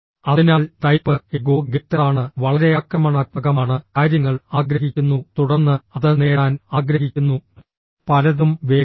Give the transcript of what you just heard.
അതിനാൽ type A go getter ആണ് വളരെ ആക്രമണാത്മകമാണ് കാര്യങ്ങൾ ആഗ്രഹിക്കുന്നു തുടർന്ന് അത് നേടാൻ ആഗ്രഹിക്കുന്നു പലതും വേഗത്തിൽ